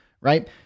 right